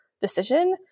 decision